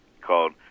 called